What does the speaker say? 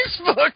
Facebook